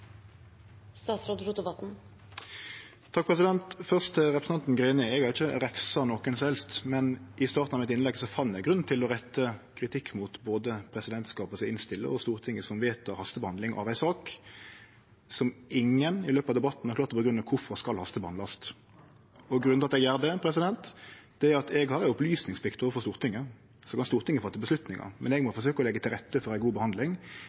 Eg har ikkje refsa nokon som helst, men i starten av innlegget mitt fann eg grunn til å rette kritikk mot både presidentskapet, som innstiller, og Stortinget, som vedtek hastebehandling av ei sak som ingen i løpet av debatten har klart å grunngje kvifor skal hastebehandlast. Grunnen til at eg gjer det, er at eg har opplysningsplikt overfor Stortinget. Så skal Stortinget gjere vedtak, men eg må forsøkje å leggje til rette for ei god behandling.